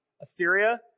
Assyria